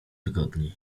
wygodniej